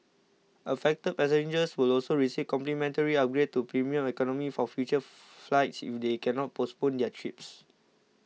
affected passengers will also receive complimentary upgrades to premium economy for future flights if they cannot postpone their trips